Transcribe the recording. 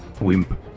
Wimp